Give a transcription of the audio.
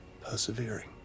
persevering